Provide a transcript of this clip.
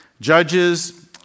Judges